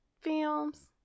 Films